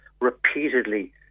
repeatedly